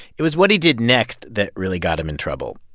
it was what he did next that really got him in trouble.